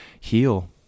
heal